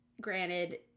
granted